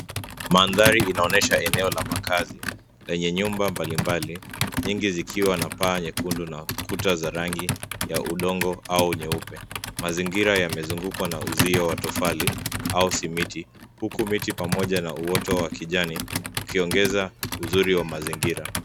Mandhari inaonyesha eneo la makazi yenye nyumba mbalimbali nyingi zikiwa na paa nyekundu na kuta za rangi ya udongo au nyeupe. Mazingira yamezungukwa na uzio wa tofali au simiti huku miti pamoja na uoto wa kijani ukiongeza uzuri wa mazingira.